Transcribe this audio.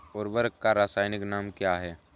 उर्वरक का रासायनिक नाम क्या है?